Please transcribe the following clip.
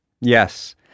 Yes